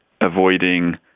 avoiding